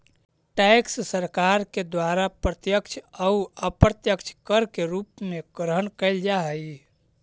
tax सरकार के द्वारा प्रत्यक्ष अउ अप्रत्यक्ष कर के रूप में ग्रहण कैल जा हई